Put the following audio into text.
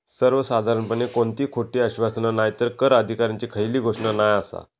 सर्वसाधारणपणे कोणती खोटी आश्वासना नायतर कर अधिकाऱ्यांची खयली घोषणा नाय आसा